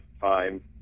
time